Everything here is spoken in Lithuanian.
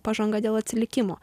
pažanga dėl atsilikimo